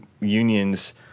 unions